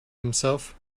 himself